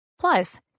Plus